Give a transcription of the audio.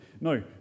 No